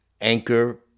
Anchor